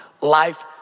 life